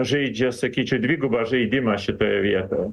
žaidžia sakyčiau dvigubą žaidimą šitoje vietoje